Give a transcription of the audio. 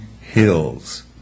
Hills